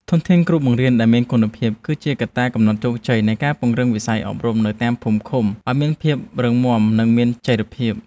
ធនធានគ្រូបង្រៀនដែលមានគុណភាព គឺជាកត្តាកំណត់ជោគជ័យនៃការពង្រឹងវិស័យអប់រំនៅតាមភូមិឃុំឱ្យមានភាពរឹងមាំនិងមានចីរភាព។